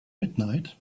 midnight